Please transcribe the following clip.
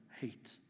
hate